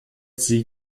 sie